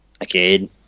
again